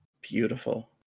Beautiful